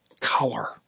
color